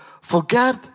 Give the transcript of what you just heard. Forget